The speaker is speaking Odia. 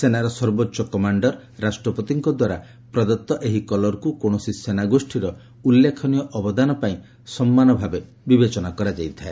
ସେନାର ସର୍ବୋଚ୍ଚ କମାଣ୍ଡର ରାଷ୍ଟ୍ରପତିଙ୍କ ଦ୍ୱାରା ପ୍ରଦତ୍ତ ଏହି କଲରକୁ କୌଣସି ସେନାଗୋଷ୍ଠୀର ଉଲ୍ଲେଖନୀୟ ଅବଦାନ ପାଇଁ ସମ୍ମାନ ଭାବେ ବିବେଚିତ କରାଯାଇଥାଏ